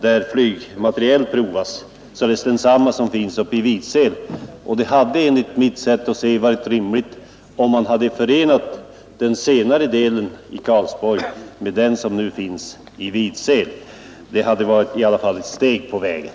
där flygmateriel provas, liknande den i Vidsel. Enligt mitt sätt att se hade det varit rimligt att förena den senare enheten i Karlsborg med den enhet som nu finns i Vidsel. Det hade i alla fall varit ett steg på vägen.